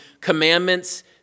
commandments